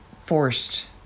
forced